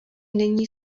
není